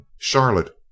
Charlotte